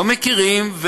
לא מכירים.